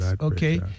Okay